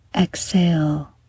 Exhale